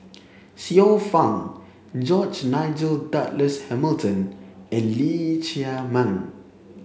Xiu Fang George Nigel Douglas Hamilton and Lee Chiaw Meng